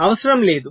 అవసరం లేదు